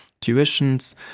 tuitions